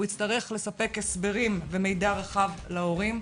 הוא יצטרך לספק הסברים ומידע רחב להורים.